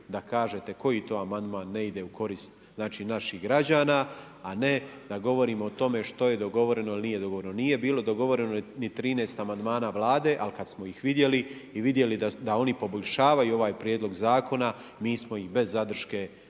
da kažete koji to amandman ne ide u korist, znači napih građana, a ne da govorimo o tome što je dogovoreno ili nije dogovoreno. Nije bilo dogovoreno ni 13 amandmana Vlade, ali kad smo ih vidjeli, i vidjeli da oni poboljšavaju ovaj prijedlog zakona, mi smo ih bez zadrške